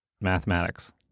mathematics